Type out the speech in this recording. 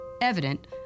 evident